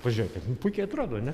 pažiūrėkit nu puikiai atrodo ar ne